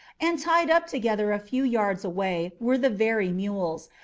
and tied up together a few yards away were the very mules,